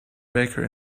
baker